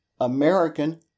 American